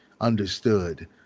understood